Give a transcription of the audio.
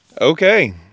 Okay